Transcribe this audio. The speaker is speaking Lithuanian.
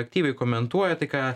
aktyviai komentuoja tai ką